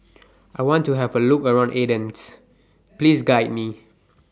I want to Have A Look around Athens Please Guide Me